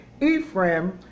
Ephraim